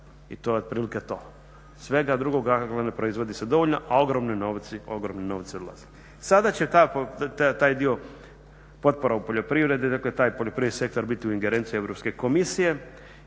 i to je otprilike to. Svega drugoga, dakle ne proizvodi se dovoljno, a ogromni novci odlaze. Sada će taj dio potpora u poljoprivredi, dakle taj poljoprivredni sektor biti u ingerenciji Europske komisije.